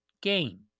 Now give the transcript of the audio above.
game